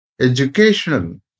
educational